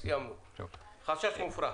החשש מופרך.